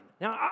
Now